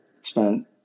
spent